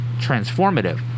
transformative